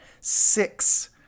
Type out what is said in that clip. six